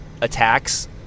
attacks